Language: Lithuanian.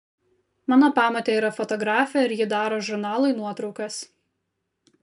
mano pamotė yra fotografė ir ji daro žurnalui nuotraukas